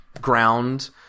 ground